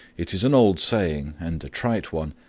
it is an old saying, and a trite one,